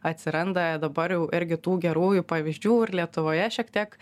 atsiranda dabar jau irgi tų gerųjų pavyzdžių ir lietuvoje šiek tiek